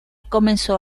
comenzó